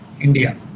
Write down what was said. India